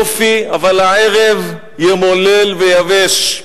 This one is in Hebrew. יופי, אבל לערב ימולל ויבֵש,